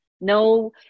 No